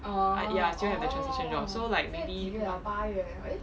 err ya I still have the translation job so like maybe